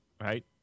right